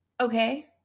okay